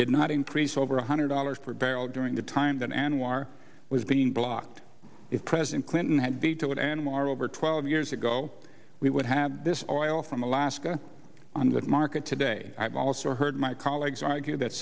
did not increase over one hundred dollars per barrel during the time that anwar was being blocked if president clinton had been told animal are over twelve years ago we would have this oil from alaska on the market today i've also heard my colleagues argue that